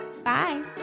Bye